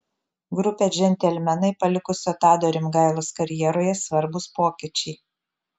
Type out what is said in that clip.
grupę džentelmenai palikusio tado rimgailos karjeroje svarbūs pokyčiai